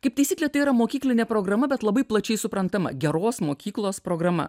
kaip taisyklė tai yra mokyklinė programa bet labai plačiai suprantama geros mokyklos programa